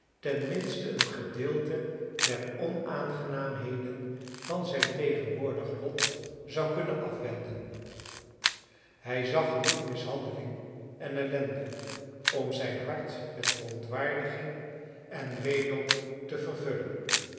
een gedeelte der onaangenaamheden van zijn tegenwoordig lot zou kunnen afwenden hij zag genoeg mishandeling en ellende om zijn hart met verontwaardiging en weedom te vervullen